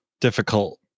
difficult